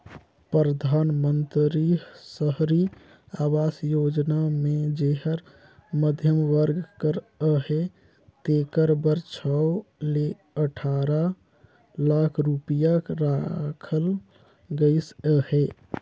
परधानमंतरी सहरी आवास योजना मे जेहर मध्यम वर्ग कर अहे तेकर बर छव ले अठारा लाख रूपिया राखल गइस अहे